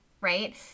right